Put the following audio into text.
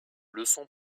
leçons